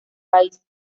país